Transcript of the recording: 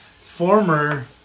Former